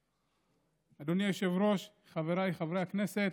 אדוני היושב-ראש, חבריי חברי הכנסת.